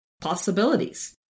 possibilities